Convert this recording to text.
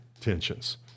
tensions